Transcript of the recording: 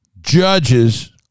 judges